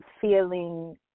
feeling